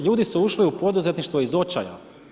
Ljudi su ušli u poduzetništvo iz očaja.